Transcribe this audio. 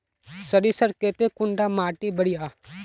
सरीसर केते कुंडा माटी बढ़िया?